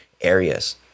areas